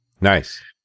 Nice